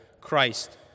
Christ